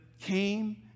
came